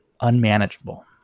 unmanageable